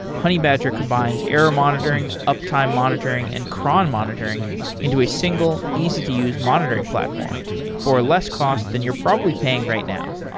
honeybadger combines error monitoring, uptime monitoring and cron monitoring into a single easy to use monitoring platform for less cost than you're probably paying right now.